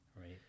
right